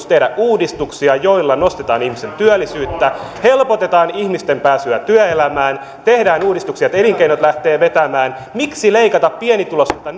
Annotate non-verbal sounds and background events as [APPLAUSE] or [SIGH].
[UNINTELLIGIBLE] tehdä uudistuksia joilla nostetaan ihmisten työllisyyttä helpotetaan ihmisten pääsyä työelämään tehdään uudistuksia että elinkeinot lähtevät vetämään miksi leikataan pienituloisilta [UNINTELLIGIBLE]